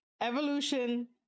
evolution